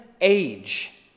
age